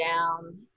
down